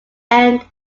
end